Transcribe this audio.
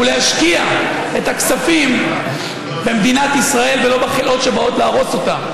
ולהשקיע את הכספים במדינת ישראל ולא בחלאות שבאות להרוס אותה.